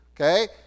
Okay